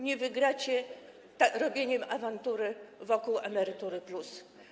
Nie wygracie robieniem awantury wokół „Emerytury+”